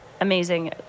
amazing